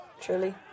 Truly